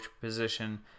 position